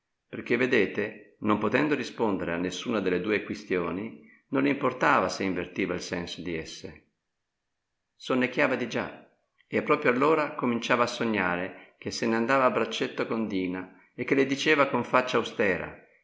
perchè vedete non potendo rispondere a nessuna delle due quistioni non le importava se invertiva il senso di esse sonnecchiava di già e proprio allora cominciava a sognare che se ne andava a braccetto con dina e che le diceva con faccia austera